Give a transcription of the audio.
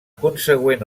consegüent